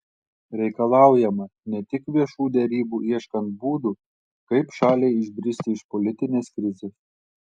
reikalaujama ne tik viešų derybų ieškant būdų kaip šaliai išbristi iš politinės krizės